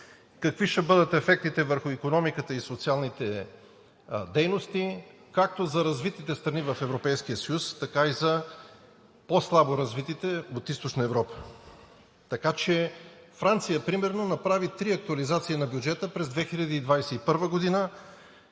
какви ще бъдат ефектите върху икономиката и социалните дейности както за развитите страни в Европейския съюз, така и за по-слабо развитите от Източна Европа. Франция примерно направи три актуализации на бюджета през 2021 г.,